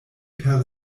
per